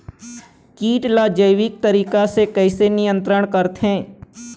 कीट ला जैविक तरीका से कैसे नियंत्रण करथे?